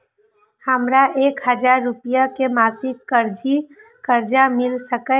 हमरा एक हजार रुपया के मासिक कर्जा मिल सकैये?